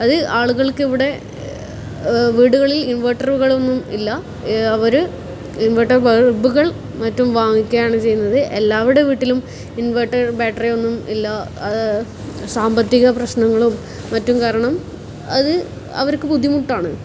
അത് ആളുകൾക്കിവിടെ വീടുകളിൽ ഇൻവെർട്ടറുകളൊന്നും ഇല്ല അവർ ഇൻവെർട്ടർ ബൾബുകൾ മറ്റും വാങ്ങിക്കുകയാണ് ചെയ്യുന്നത് എല്ലാവരുടെ വീട്ടിലും ഇൻവെർട്ടർ ബാറ്ററിയൊന്നും ഇല്ല അത് സാമ്പത്തിക പ്രശ്നങ്ങളും മറ്റും കാരണം അത് അവർക്ക് ബുദ്ധിമുട്ടാണ്